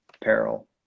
peril